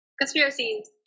Conspiracies